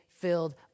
filled